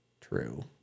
true